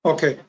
Okay